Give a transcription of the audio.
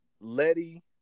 Letty